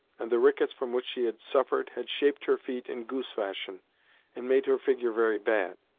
and the rickets from which she had suffered had shaped her feet in goose fashion and made her figure very bad.